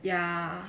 ya